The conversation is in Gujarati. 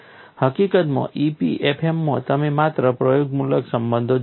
હકીકતમાં EPFM માં તમે માત્ર પ્રયોગમૂલક સંબંધો જ જુઓ છો